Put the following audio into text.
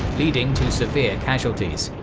leading to severe casualties.